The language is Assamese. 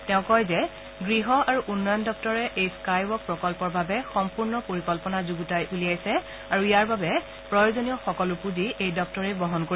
তেওঁ কয় যে গৃহ আৰু উন্নয়ন দপ্তৰে এই স্কাইৱক প্ৰকল্পৰ বাবে সম্পূৰ্ণ পৰিকল্পনা যুগুতাই উলিয়াইছে আৰু ইয়াৰ বাবে প্ৰয়োজনীয় সকলো পুঁজি এই দপ্তৰে বহন কৰিব